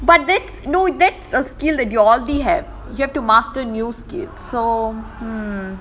but that's no that's a skill that you already have you have to master new skills so hmm